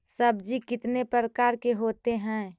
सब्जी कितने प्रकार के होते है?